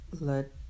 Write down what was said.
let